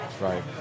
Right